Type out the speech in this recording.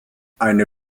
eine